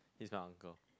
he's the uncle